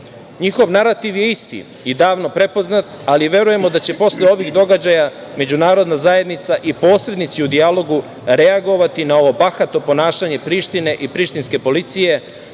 Njihov narativ je isti i davno prepoznat, ali verujemo da će posle ovih događaja međunarodna zajednica i posrednici u dijalogu reagovati na ovo bahato ponašanje Prištine i prištinske policije